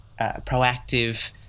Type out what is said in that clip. proactive